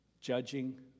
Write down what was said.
judging